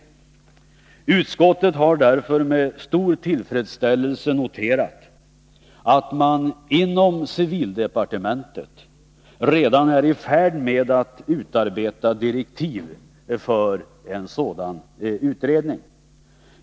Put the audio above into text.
Utskottet har därför med stor tillfredsställelse noterat att man inom civildepartementet redan är i färd med att utarbeta direktiv för en sådan utredning.